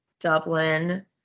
Dublin